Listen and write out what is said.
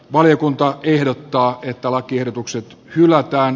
valiokunta ehdottaa että lakiehdotukset hylätään